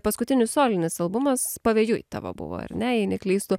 paskutinis solinis albumas pavėjui tavo buvo ar ne jei neklystu